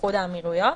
האמירויות.